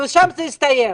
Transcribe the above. ומשם זה הסתיים.